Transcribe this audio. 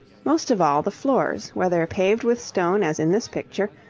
most of all, the floors, whether paved with stone as in this picture,